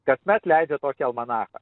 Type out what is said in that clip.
kasmet leidžia tokį almanachą